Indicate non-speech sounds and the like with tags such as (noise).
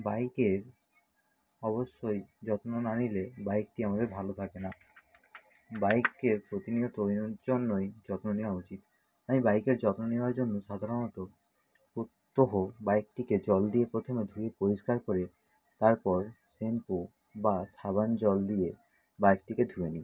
বাইকের অবশ্যই যত্ন না নিলে বাইকটি আমাদের ভালো থাকে না বাইককে প্রতিনিয়ত (unintelligible) জন্যই যত্ন নেওয়া উচিত আমি বাইকের যত্ন নেওয়ার জন্য সাধারণত প্রত্যহ বাইকটিকে জল দিয়ে প্রথমে ধুয়ে পরিষ্কার করে তারপর শ্যাম্পু বা সাবান জল দিয়ে বাইকটিকে ধুয়ে নিই